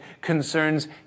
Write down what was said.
concerns